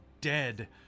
dead